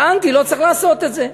טענתי שלא צריך לעשות את זה.